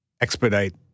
expedite